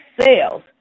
sales